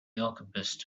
alchemist